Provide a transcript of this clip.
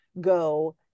go